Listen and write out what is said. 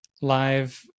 live